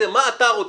מה אתה רוצה?